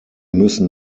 müssen